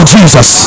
Jesus